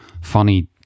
funny